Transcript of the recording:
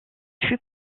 fut